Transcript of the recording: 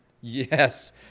Yes